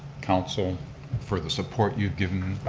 council for the support you've given me.